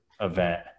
event